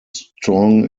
strong